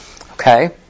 Okay